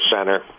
center